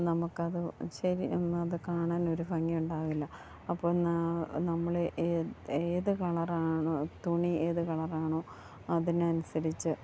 നമുക്കത് ശരി അത് കാണാനൊരു ഭംഗിയുണ്ടാകില്ല അപ്പോൾ നമ്മൾ ഏതു കളറാണോ തുണി ഏതു കളറാണോ അതിനനുസരിച്ച്